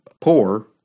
poor